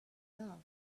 love